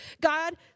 God